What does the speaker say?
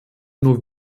nur